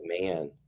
man